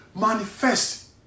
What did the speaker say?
manifest